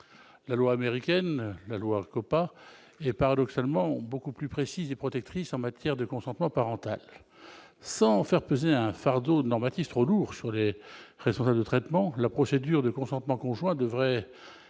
la loi américaine la Loire Copa et paradoxalement beaucoup plus précises et protectrice en matière de consentement parental sans faire peser un fardeau normatif trop lourd Cholet responsable de traitement, la procédure de consentement conjoint devraient